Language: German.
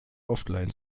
offline